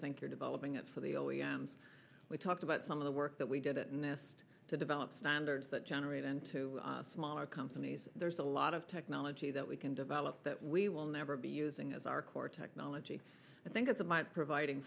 think you're developing it for the o e m s we talked about some of the work that we did at nest to develop standards that generate into smaller companies there's a lot of technology that we can develop that we will never be using as our core technology i think it's a mite providing